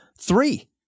three